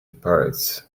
pirates